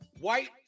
white